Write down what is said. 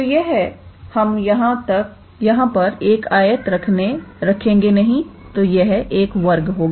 तो हम यहां पर एक आयत रखेंगे नहीं तो यह एक वर्ग होगा